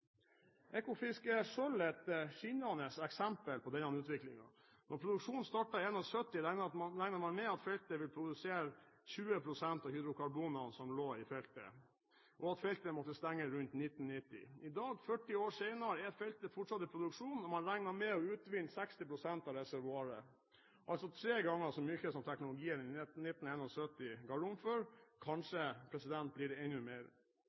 Ekofisk er i seg selv et skinnende eksempel på denne utviklingen. Da produksjonen startet i 1971, regnet man med at feltet ville produsere 20 pst. av hydrokarbonene som lå i feltet, og at feltet måtte stenge rundt 1990. I dag, 40 år senere, er feltet fortsatt i produksjon, og man regner med å utvinne 60 pst. av reservoaret, altså tre ganger så mye som teknologien i 1971 ga rom for – kanskje blir det enda mer.